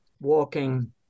walking